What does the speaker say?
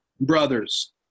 brothers